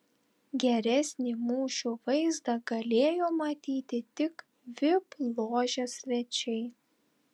geresnį mūšio vaizdą galėjo matyti tik vip ložės svečiai